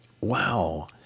wow